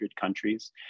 countries